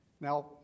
Now